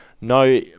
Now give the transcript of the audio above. no